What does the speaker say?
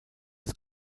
des